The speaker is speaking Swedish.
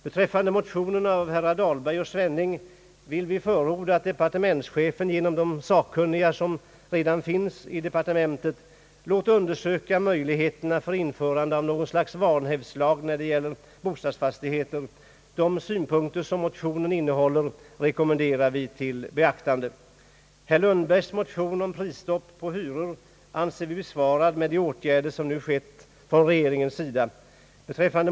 Beträffande motionerna av herrar Dahlberg och Svenning vill vi förorda att departementschefen genom de sakkunniga som redan finns i departementet låter undersöka möjligheterna för införande av något slags vanhävdslag när det gäller bostadsfastigheter. De synpunkter som motionerna innehåller rekommenderar vi till beaktande. Herr Lundbergs motion om prisstopp på hyreslägenheter anser vi besvarad genom de åtgärder som nu vidtagits från regeringens sida.